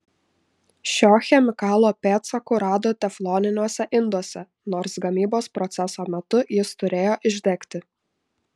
šio chemikalo pėdsakų rado tefloniniuose induose nors gamybos proceso metu jis turėtų išdegti